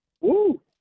Woo